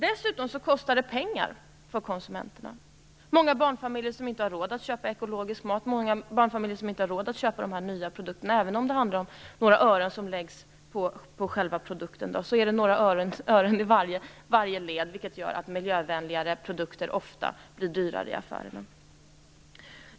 Dessutom kostar det pengar för konsumenterna. Många barnfamiljer har inte råd att köpa ekologisk mat. De har inte råd att köpa de nya produkterna även om det bara handlar om några ören som läggs på produktens pris, är det några ören i varje led, vilket gör att miljövänligare produkter ofta blir dyrare i affärerna.